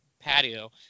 patio